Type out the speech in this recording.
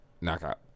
knockout